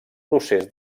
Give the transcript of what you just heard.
procés